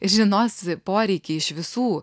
žinos poreikį iš visų